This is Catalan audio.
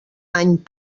any